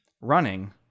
running